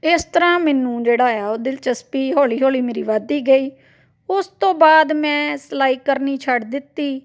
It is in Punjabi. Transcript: ਇਸ ਤਰ੍ਹਾਂ ਮੈਨੂੰ ਜਿਹੜਾ ਆ ਉਹ ਦਿਲਚਸਪੀ ਹੌਲੀ ਹੌਲੀ ਮੇਰੀ ਵੱਧਦੀ ਗਈ ਉਸ ਤੋਂ ਬਾਅਦ ਮੈਂ ਸਿਲਾਈ ਕਰਨੀ ਛੱਡ ਦਿੱਤੀ